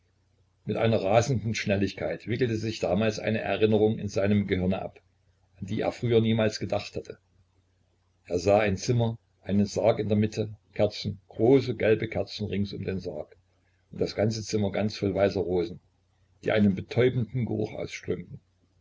mit einer rasenden schnelligkeit wickelte sich damals eine erinnerung in seinem gehirne ab an die er früher niemals gedacht hatte er sah ein zimmer einen sarg in der mitte kerzen große gelbe kerzen rings um den sarg und das ganze zimmer ganz voll weißer rosen die einen betäubenden geruch ausströmten